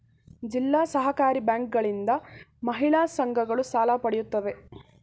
ಜಿಲ್ಲಾ ಸಹಕಾರಿ ಬ್ಯಾಂಕುಗಳಿಂದ ಮಹಿಳಾ ಸಂಘಗಳು ಸಾಲ ಪಡೆಯುತ್ತವೆ